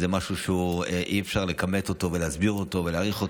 זה משהו שאי-אפשר לכמת ולהסביר ולהעריך.